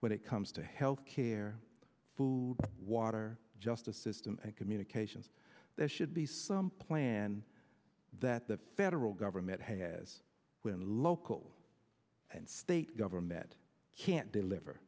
when it comes to health care food water justice system and communications that should be some plan that the federal government has when local and state government can't deliver